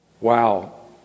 Wow